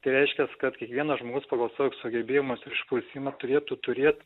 reiškiantis kad kiekvieno žmogaus klausa sugebėjimas išprusimas turėtų turėti